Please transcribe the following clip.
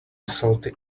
salty